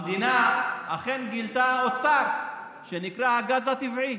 המדינה אכן גילתה אוצר שנקרא הגז הטבעי,